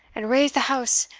and raised the house,